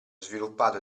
sviluppato